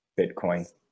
Bitcoin